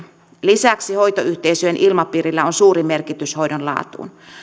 lisäksi hoitoyhteisöjen ilmapiirillä on suuri merkitys hoidon laadussa